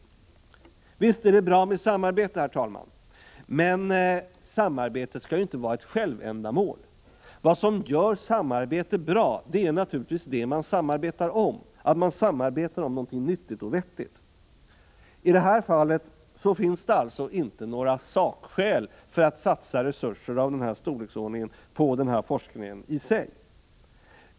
Visst är det bra att vi samarbetar, men samarbetet skall inte vara ett självändamål. Vad som gör samarbete bra är naturligtvis det man samarbetar om, att man samarbetar om någonting nyttigt och vettigt. I det här fallet finns det alltså inte några sakskäl för att satsa så stora resurser på denna forskning i sig.